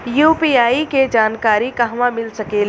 UPI के जानकारी कहवा मिल सकेले?